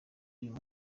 uyu